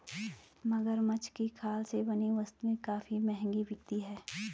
मगरमच्छ की खाल से बनी वस्तुएं काफी महंगी बिकती हैं